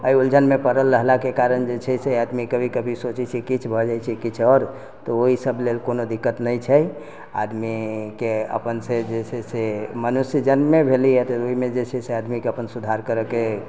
एहि उलझनमे पड़ल रहलाके कारण जे छै से आदमी कभी कभी सोचैत छै किछु भऽ जाइत छै किछु आओर तऽ ओहि सब लेल कोनो दिक्कत नहि छै आदमीके अपन से जे छै से मनुष्य जन्मे भेलैया तऽ ओहिमे जे छै से आदमीके अपन सुधार करैके